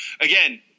again